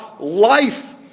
life